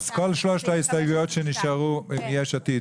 אז כל שלושת ההסתייגויות שנשארו של יש עתיד,